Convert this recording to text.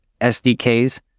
SDKs